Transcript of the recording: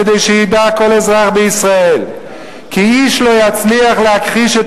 כדי שידע כל אזרח בישראל כי איש לא יצליח להכחיש את